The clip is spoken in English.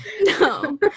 no